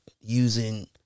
using